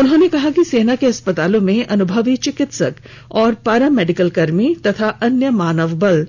उन्होंने कहा कि सेना के अस्पतालों में अनुभवी चिकित्सक और पारा मेडिकल कर्मी और अन्य मानव बल